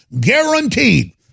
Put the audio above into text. Guaranteed